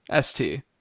ST